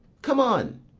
come on.